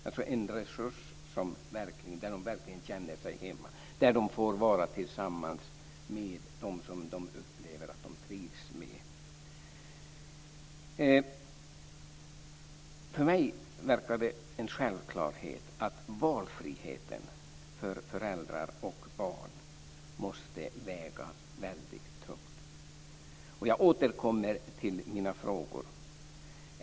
Den är en resurs där de verkligen känner sig hemma och där de får vara tillsammans med dem som de upplever att de trivs med. För mig verkar det vara en självklarhet att valfriheten för föräldrar och barn måste väga väldigt tungt, och jag återkommer till mina frågor.